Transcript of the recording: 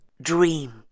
dream